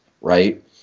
right